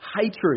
hatred